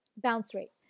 bounce rate.